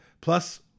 plus